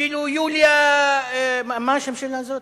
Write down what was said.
אפילו יוליה, מה השם שלה זאת?